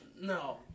No